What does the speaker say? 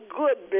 good